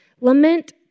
Lament